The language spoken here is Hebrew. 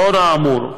לאור האמור,